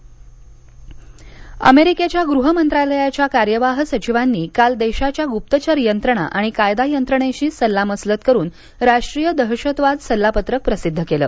America दहशतवाद अमेरिकेच्या गृह मंत्रालयाच्या कार्यवाह सचिवांनी काल देशाच्या गुप्तचर यंत्रणा आणि कायदा यंत्रणेशी सल्लामसलत करून राष्ट्रीय दहशतवाद सल्लापत्रक प्रसिद्ध केलं